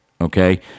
Okay